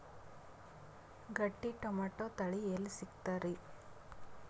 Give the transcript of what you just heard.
ಗಟ್ಟಿ ಟೊಮೇಟೊ ತಳಿ ಎಲ್ಲಿ ಸಿಗ್ತರಿ?